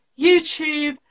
YouTube